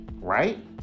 right